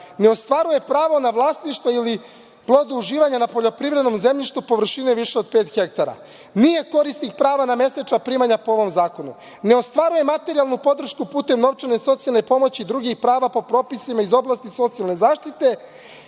ne ostvaruje pravo na vlasništvo ili plodove uživanja na poljoprivrednom zemljištu površine više od pet hektara, nije korisnik prava na mesečna primanja po ovom zakonu, ne ostvaruje materijalnu podršku putem novčane socijalne pomoći i drugih prava po propisima iz oblasti socijalne zaštite